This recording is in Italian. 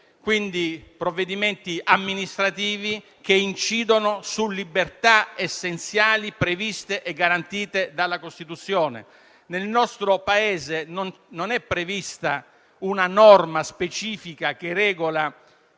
quindi di provvedimenti amministrativi che incidono su libertà essenziali previste e garantite dalla Costituzione. Nel nostro Paese non è prevista una norma specifica che regoli